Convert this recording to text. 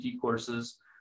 courses